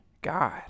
God